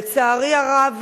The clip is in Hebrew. לצערי הרב,